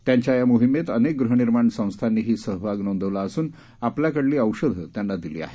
त्यांच्या या मोहिमेत अनेक गृहनिर्माण संस्थांनीही सहभाग नोंदवला असून आपल्याकडील औषधं त्यांना दिली आहेत